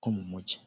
ho mu mujyi.